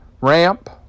Ramp